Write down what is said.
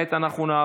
כעת אנחנו נעבור